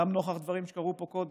גם נוכח דברים שקרו פה קודם.